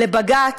לבג"ץ,